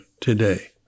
today